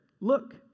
Look